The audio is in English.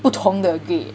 不同的 grade